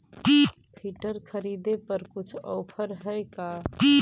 Filter खरिदे पर कुछ औफर है का?